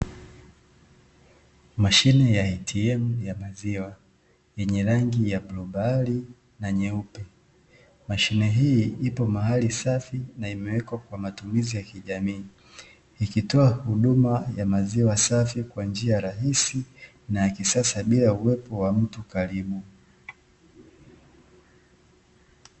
Mashine ya "ATM" ya maziwa yenye rangi ya bluu bahari na nyeupe. Mashine hii ipo mahali safi na imewekwa kwa ajili ya matumizi ya kijamii, ikitoa huduma ya maziwa safi kwa njia rahisi na ya kisasa bila uwepo wa mtu karibu.